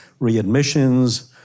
readmissions